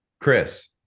Chris